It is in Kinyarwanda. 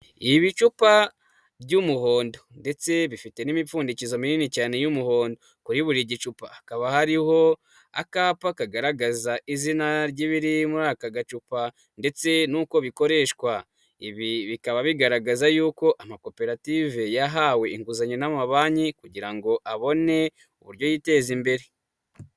Ibicupa ry'umuhondo ndetse bifite n'imipfundikizo minini cyane y'umuhondo, kuri buri gicupa hakaba hariho akapa kagaragaza izina ry'ibiriri muri aka gacupa ndetse n'uko bikoreshwa. Ibi bikaba bigaragaza yuko amakoperative yahawe inguzanyo n'amabanki kugira ngo abone uburyo yiteza imbere.